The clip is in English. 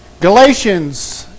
Galatians